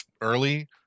early